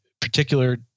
particular